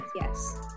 yes